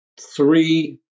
three